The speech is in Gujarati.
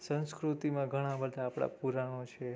સંસ્કૃતિમાં ઘણાં બધા પુરાણો છે